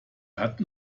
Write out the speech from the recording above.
hatten